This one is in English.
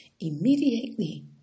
Immediately